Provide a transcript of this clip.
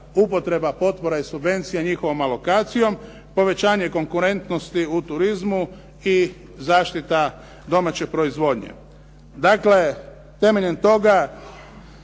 upotreba potpora i subvencija i njihovom alokacijom, povećanje konkurentnosti u turizmu i zaštita domaće proizvodnje. Dakle, temeljem toga